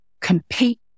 compete